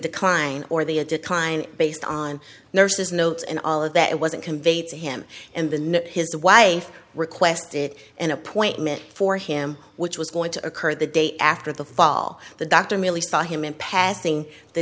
decline or the a decline based on nurse's notes and all of that wasn't conveyed to him and when his wife requested an appointment for him which was going to occur the day after the fall the doctor really saw him in passing the